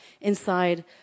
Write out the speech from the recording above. inside